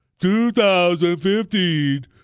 2015